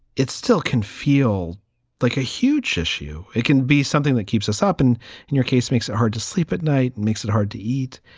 it still can feel like a huge issue. it can be something that keeps us up and in your case, makes it hard to sleep at night, and makes it hard to eat.